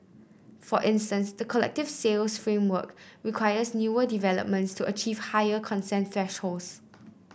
for instance the collective sales framework requires newer developments to achieve higher consent thresholds